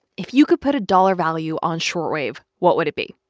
if you could put a dollar value on short wave, what would it be?